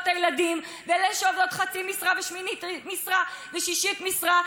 את הילדים והן שעובדות בחצי משרה ושמינית משרה ושישית משרה,